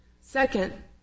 Second